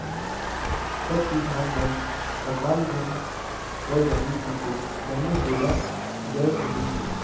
सब किसान मन अकाल झन पर जाही कइके बनेच डेरा गय रहिन हें